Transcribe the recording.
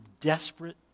desperate